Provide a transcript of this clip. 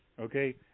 okay